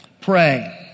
Pray